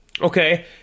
Okay